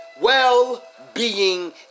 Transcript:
Well-being